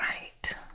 Right